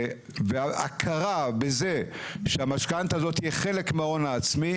וההכרה בזה שהמשכנתא הזאת היא חלק מההון העצמי,